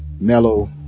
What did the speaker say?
Mellow